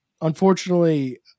Unfortunately